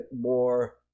more